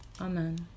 Amen